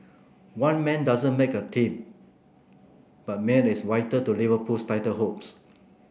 one man doesn't make a team but Mane is white to Liverpool's title hopes